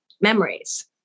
memories